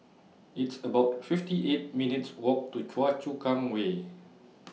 It's about fifty eight minutes' Walk to Choa Chu Kang Way